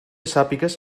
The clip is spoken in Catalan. sàpigues